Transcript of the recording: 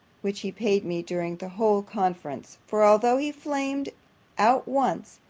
which he paid me during the whole conference for, although he flamed out once,